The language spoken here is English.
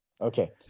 okay